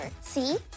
See